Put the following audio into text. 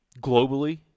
globally